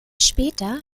später